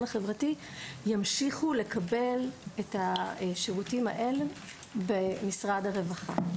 החברתי ימשיכו לקבל את השירותים האלה במשרד הרווחה.